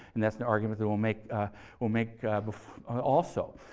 and that's an argument that we'll make ah we'll make also.